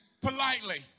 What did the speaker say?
politely